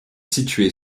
situé